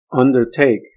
undertake